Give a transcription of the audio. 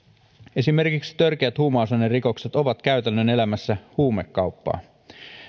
esimerkiksi törkeät huumausainerikokset ovat käytännön elämässä huumekauppaa